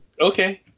Okay